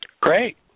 Great